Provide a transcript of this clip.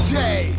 day